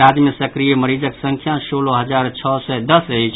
राज्य मे सक्रिय मरीजक संख्या सोलह हजार छओ सय दस अछि